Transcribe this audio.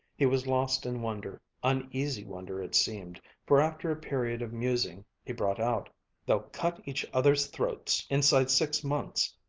he was lost in wonder uneasy wonder it seemed, for after a period of musing he brought out they'll cut each other's throats inside six months.